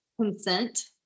consent